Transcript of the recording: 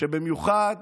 שבמיוחד